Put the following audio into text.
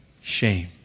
shame